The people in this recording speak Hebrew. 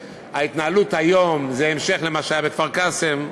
שההתנהלות היום זה המשך למה שהיה בכפר-קאסם.